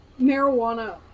marijuana